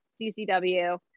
CCW